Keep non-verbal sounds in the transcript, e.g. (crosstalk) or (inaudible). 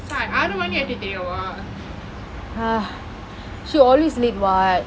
that's why ஆறு மணி ஆயிட்டு தெரியுமா:aarumani aayitu theriyuma (breath)